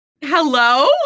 hello